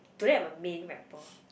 do they have a main rapper